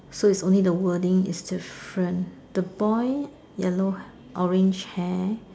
so it's only the wording is different the boy yellow orange hair